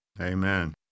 Amen